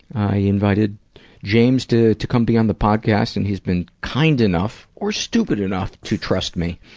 i invited james to, to come be on the podcast. and he's been kind enough, or stupid enough, to trust me.